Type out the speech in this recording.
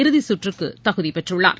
இறுதிச்சுற்றுக்குதகுதிபெற்றுள்ளார்